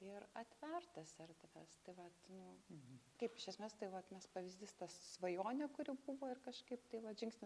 ir atvert tas ar tavęs tai vat nu kaip iš esmės tai vat mes pavyzdys ta svajonė kuri buvo ir kažkaip tai vat žingsnis